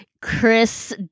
chris